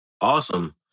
Awesome